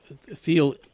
feel